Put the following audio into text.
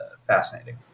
fascinating